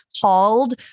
called